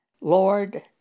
Lord